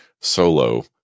solo